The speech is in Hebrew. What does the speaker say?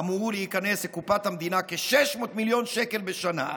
אמורים להיכנס לקופת המדינה כ-600 מיליון שקל בשנה,